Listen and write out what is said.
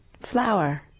flower